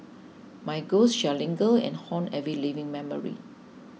my ghost shall linger and haunt every living memory